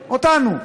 אנחנו,